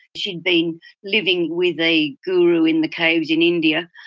she had been living with a guru in the caves in india,